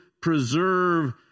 preserve